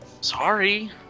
Sorry